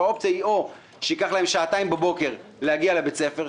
האופציות הן: או שייקח להן שעתיים בבוקר להגיע לבית הספר,